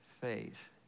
faith